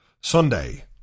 Sunday